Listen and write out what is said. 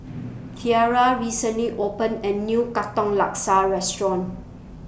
Tierra recently opened A New Katong Laksa Restaurant